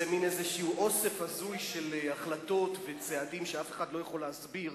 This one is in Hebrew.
זה מין אוסף הזוי של החלטות וצעדים שאף אחד לא יכול להסביר,